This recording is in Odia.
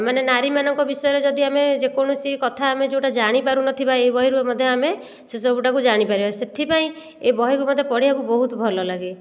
ମାନେ ନାରୀମାନଙ୍କ ବିଷୟରେ ଯଦି ଆମେ ଯେକୌଣସି କଥା ଆମେ ଯେଉଁଟା ଜାଣିପାରୁନଥିବା ଏଇ ବହିରୁ ମଧ୍ୟ ଆମେ ସେ ସବୁଟାକୁ ଜାଣିପାରିବା ସେଇଥିପାଇଁ ଏ ବହିକୁ ମୋତେ ପଢ଼ିବାକୁ ବହୁତ ଭଲ ଲାଗେ